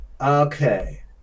Okay